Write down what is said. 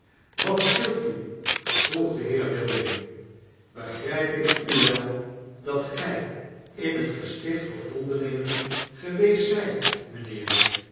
wat scheelt u vroeg de heer wilding begryp ik u wel dat gij in het gesticht voor vondelingen geweest zijt mynheer